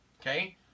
Okay